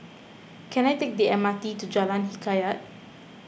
can I take the M R T to Jalan Hikayat